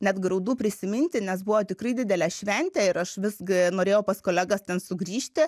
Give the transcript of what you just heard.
net graudu prisiminti nes buvo tikrai didelė šventė ir aš visgi norėjau pas kolegas ten sugrįžti